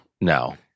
no